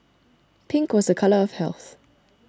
pink was a colour of health